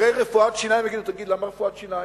אחרי רפואת שיניים יגידו: תגיד, למה רפואת שיניים?